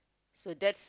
so that's